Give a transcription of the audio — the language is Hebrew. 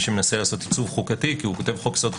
שמנסה לעשות עיצוב חוקתי כי הוא כותב חוק יסוד חדש.